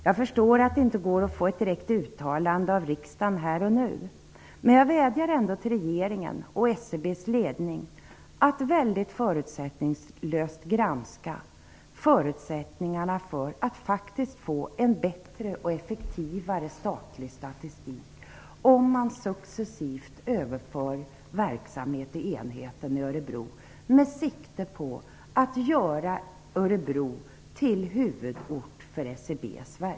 Jag förstår att det inte går att få ett direkt uttalande av riksdagen här och nu, men jag vädjar ändå till regeringen och SCB:s ledning att väldigt förutsättningslöst granska förutsättningarna för att faktiskt få en bättre och effektivare statlig statistik om man successivt överför verksamhet till enheten i Örebro, med sikte på att göra Örebro till huvudort för